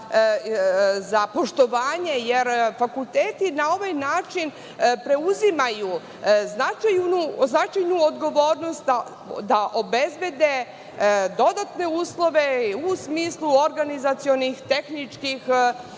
za poštovanje, jer fakulteti na ovaj način preuzimaju značajnu odgovornost da obezbede dodatne uslove u smislu organizacionih, tehničkih,